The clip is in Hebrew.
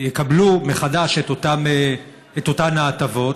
יקבלו מחדש את אותן ההטבות.